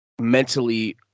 mentally